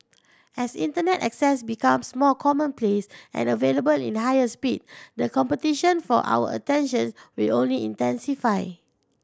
as Internet access becomes more commonplace and available at higher speed the competition for our attention will only intensify